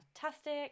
fantastic